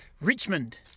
Richmond